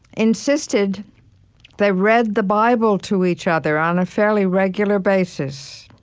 insisted they read the bible to each other on a fairly regular basis,